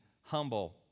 humble